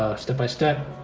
step-by-step,